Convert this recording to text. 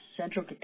central